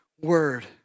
word